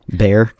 bear